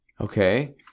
Okay